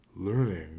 learning